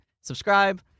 subscribe